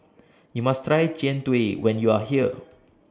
YOU must Try Jian Dui when YOU Are here